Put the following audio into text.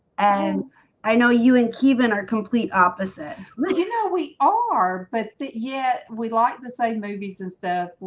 and i know you and kevin are complete opposite like you know, we are but yet we like the same movies and stuff